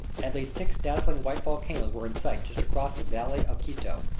at least six dazzling white volcanoes were in sight just across the valley of quito,